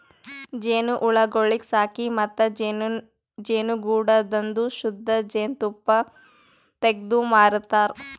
ಜೇನುಹುಳಗೊಳಿಗ್ ಸಾಕಿ ಮತ್ತ ಜೇನುಗೂಡದಾಂದು ಶುದ್ಧ ಜೇನ್ ತುಪ್ಪ ತೆಗ್ದು ಮಾರತಾರ್